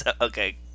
Okay